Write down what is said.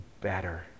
better